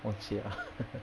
忘记了啊